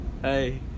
Hey